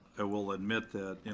i will admit that, and